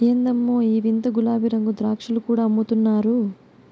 ఎందమ్మో ఈ వింత గులాబీరంగు ద్రాక్షలు కూడా అమ్ముతున్నారు